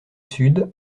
sud